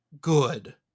good